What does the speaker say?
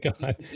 God